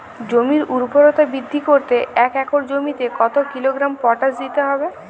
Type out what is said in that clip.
জমির ঊর্বরতা বৃদ্ধি করতে এক একর জমিতে কত কিলোগ্রাম পটাশ দিতে হবে?